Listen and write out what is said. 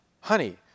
honey